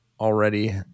already